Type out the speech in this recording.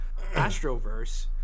Astroverse